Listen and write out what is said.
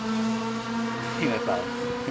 听得到